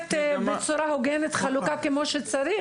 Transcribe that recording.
לתת חלוקה הוגנת כמו שצריך?